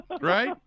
Right